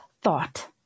thought